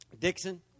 dixon